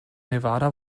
nevada